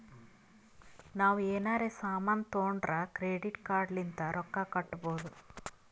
ನಾವ್ ಎನಾರೇ ಸಾಮಾನ್ ತೊಂಡುರ್ ಕ್ರೆಡಿಟ್ ಕಾರ್ಡ್ ಲಿಂತ್ ರೊಕ್ಕಾ ಕಟ್ಟಬೋದ್